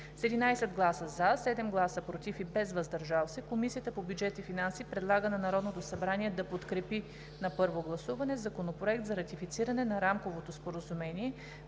С 11 гласа „за“, 7 гласа „против“ и без „въздържал се“ Комисията по бюджет и финанси предлага на Народното събрание да подкрепи на първо гласуване Законопроект за ратифициране на Рамково споразумение